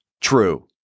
True